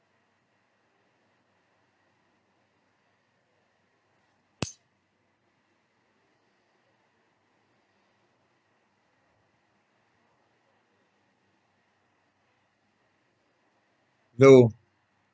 bro